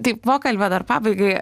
taip pokalbio dar pabaigai